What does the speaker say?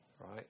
right